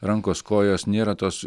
rankos kojos nėra tos